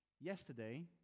yesterday